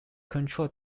control